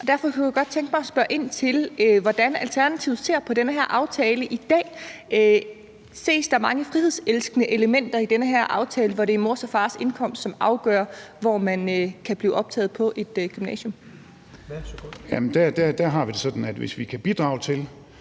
derfor kunne jeg godt tænke mig at spørge ind til, hvordan Alternativet ser på den her aftale i dag. Ses der mange frihedselskende elementer i den her aftale, hvor det er mors og fars indkomst, som afgør, hvor man kan blive optaget på et gymnasium? Kl. 19:19 Fjerde næstformand